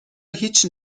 هیچ